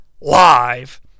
live